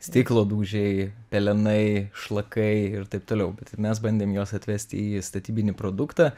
stiklo dūžiai pelenai šlakai ir taip toliau bet mes bandėm juos atvesti į statybinį produktą